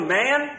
man